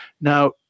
Now